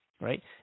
right